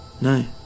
No